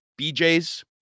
BJs